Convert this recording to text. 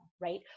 right